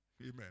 Amen